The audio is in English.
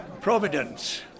Providence